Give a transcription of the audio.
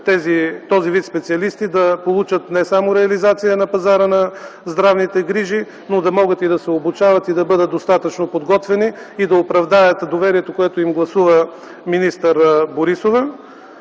този вид специалисти да получат не само реализация на пазара на здравните грижи, но да могат и да се обучават, и да бъдат достатъчно подготвени, и да оправдаят доверието, което им гласува министър Борисова.